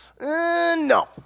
no